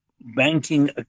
banking